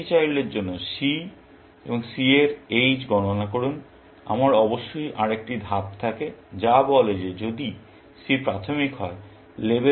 প্রতিটি চাইল্ডের জন্য c c এর h গণনা করুন আমার অবশ্যই আরেকটি ধাপ থাকে যা বলে যে যদি c প্রাথমিক হয় লেবেল c সমাধান করা হয়